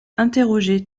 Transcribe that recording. interroger